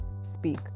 speak